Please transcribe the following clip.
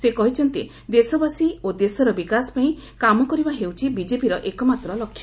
ସେ କହିଛନ୍ତି ଦେଶବାସୀ ଓ ଦେଶର ବିକାଶପାଇଁ କାମ କରିବା ହେଉଛି ବିଜେପିର ଏକମାତ୍ ଲକ୍ଷ୍ୟ